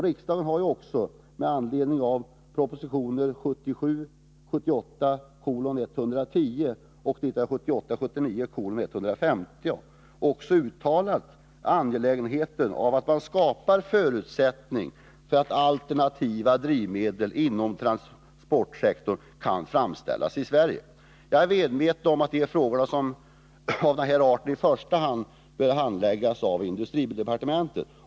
Riksdagen har ju också med anledning av propositionerna 1977 79:115 också framhållit angelägenheten av att det skapas förutsättningar för att alternativa drivmedel inom transportsektorn skall kunna framställas i Sverige. Jag är medveten om att frågor av denna art i första hand bör handläggas av industridepartementet.